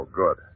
good